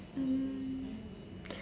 mm